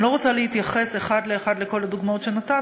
אני לא רוצה להתייחס אחת לאחת לכל הדוגמאות שנתת.